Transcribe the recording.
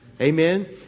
Amen